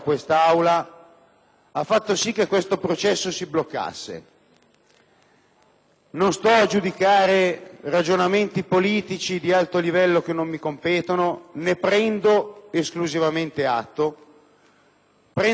Non sto a giudicare ragionamenti politici di alto livello, che non mi competono e di cui prendo esclusivamente atto. Prendo atto del fatto che questa mattina, rispetto a ieri sera, facciamo venti passi indietro.